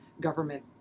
government